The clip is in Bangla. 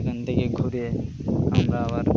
সেখান থেকে ঘুরে আমরা আবার